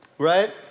right